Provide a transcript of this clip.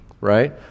right